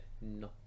no